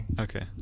Okay